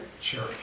Sure